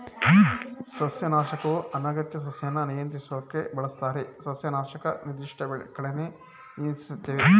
ಸಸ್ಯನಾಶಕವು ಅನಗತ್ಯ ಸಸ್ಯನ ನಿಯಂತ್ರಿಸೋಕ್ ಬಳಸ್ತಾರೆ ಸಸ್ಯನಾಶಕ ನಿರ್ದಿಷ್ಟ ಕಳೆನ ನಿಯಂತ್ರಿಸ್ತವೆ